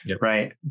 right